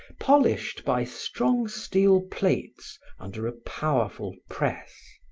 polished by strong steel plates under a powerful press.